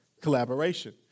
collaboration